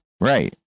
Right